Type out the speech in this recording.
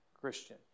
Christian